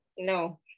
No